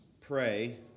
pray